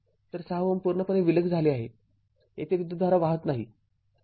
तर ६Ω पूर्णपणे विलग झाले आहे येथे विद्युतधारा वाहत नाही